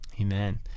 Amen